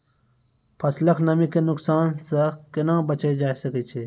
फसलक नमी के नुकसान सॅ कुना बचैल जाय सकै ये?